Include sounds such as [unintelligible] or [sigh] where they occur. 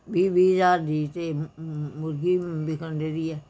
ਵੀਹ ਵੀਹ ਹਜ਼ਾਰ ਦੀ ਤਾਂ [unintelligible] ਮੁਰਗੀ ਵਿਕਣ ਡਈ ਦੀ ਹੈ